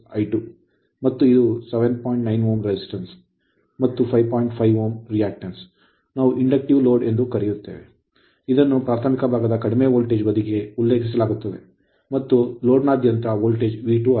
5 Ω reactance ಪ್ರತಿಕ್ರಿಯಾತ್ಮಕತೆಯನ್ನು ನಾವು inductive ಪ್ರಚೋದಕ ಲೋಡ್ ಎಂದು ಕರೆಯುತ್ತೇವೆ ಇದನ್ನು ಪ್ರಾಥಮಿಕ ಭಾಗದ ಕಡಿಮೆ ವೋಲ್ಟೇಜ್ ಬದಿಗೆ ಉಲ್ಲೇಖಿಸಲಾಗುತ್ತದೆ ಮತ್ತು ಲೋಡ್ನಾದ್ಯಂತ ವೋಲ್ಟೇಜ್ V2 ಆಗಿದೆ